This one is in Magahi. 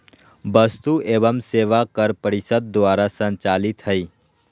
वस्तु एवं सेवा कर परिषद द्वारा संचालित हइ